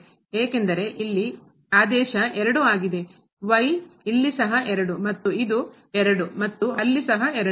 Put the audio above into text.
ಏಕೆಂದರೆ ಇಲ್ಲಿ ಆದೇಶ 2 ಆಗಿದೆ ಇಲ್ಲಿ ಸಹ 2 ಮತ್ತು ಇದು 2 ಮತ್ತು ಅಲ್ಲಿ ಸಹ 2